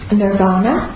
nirvana